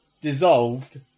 dissolved